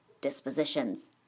Dispositions